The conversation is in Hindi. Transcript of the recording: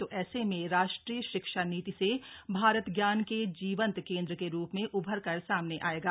तो ऐसे में राष्ट्रीय शिक्षा नीति से भारत ज्ञान के जीवंत केंद्र के रूप में उभर कर सामने थ एगा